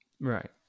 right